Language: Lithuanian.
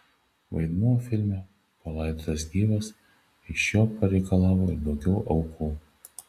vaidmuo filme palaidotas gyvas iš jo pareikalavo ir daugiau aukų